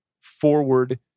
forward